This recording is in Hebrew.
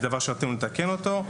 זה דבר שנטינו לתקן אותו.